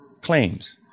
Claims